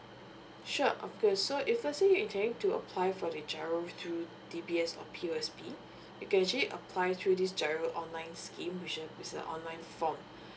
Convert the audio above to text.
sure okay so if let's say you intending to apply for the giro through D_B_S or P_O_S_B you actually apply through this giro online scheme this is a online form